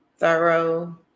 thorough